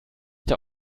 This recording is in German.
der